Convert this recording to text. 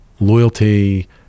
loyalty